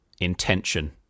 intention